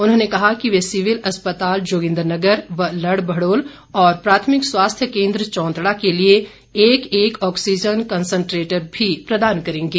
उन्होंने कहा कि वे सीविल अस्पताल जोगिन्द्रनगर व लड़भड़ोल और प्राथमिक स्वास्थ्य केन्द्र चौंतड़ा के लिए एक एक ऑक्सीज़न कंसनट्रेटर भी प्रदान करेंगे